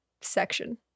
section